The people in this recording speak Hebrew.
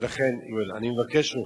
ולכן, יואל, אני מבקש ממך,